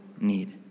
need